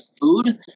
food